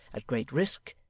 at great risk,